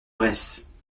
bresse